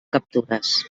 captures